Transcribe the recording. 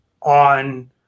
on